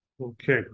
Okay